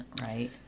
right